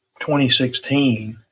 2016